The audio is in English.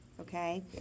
Okay